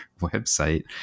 website